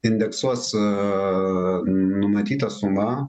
indeksuos a numatytą sumą